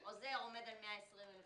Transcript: עוזר עומד על 120,000 שקל.